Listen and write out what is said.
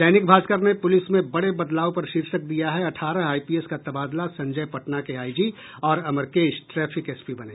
दैनिक भास्कर ने पुलिस में बड़े बदलाव पर शीर्षक दिया है अठारह आईपीएस का तबादला संजय पटना के आईजी व अमरकेश ट्रैफिक एसपी बने